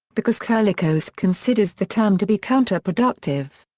because kerlikowske considers the term to be counter-productive.